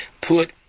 put